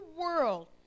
world